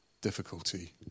difficulty